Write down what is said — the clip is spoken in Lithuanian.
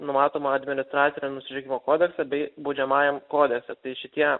numatoma administracinių nusižengimų kodekse bei baudžiamajam kodekse tai šitie